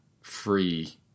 free